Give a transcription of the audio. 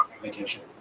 Vacation